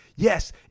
Yes